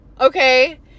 Okay